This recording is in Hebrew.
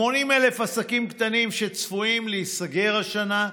80,000 עסקים קטנים שצפויים להיסגר השנה,